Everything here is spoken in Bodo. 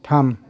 थाम